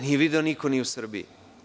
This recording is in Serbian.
Nije video niko ni u Srbiji.